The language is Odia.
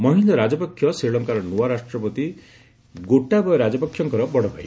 ମହିନ୍ଦ ରାଜପକ୍ଷ ଶ୍ରୀଲଙ୍କାର ନୂଆ ରାଷ୍ଟ୍ରପତି ଗୋଟାବୟ ରାଜପକ୍ଷଙ୍କର ବଡ଼ଭାଇ